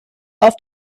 auf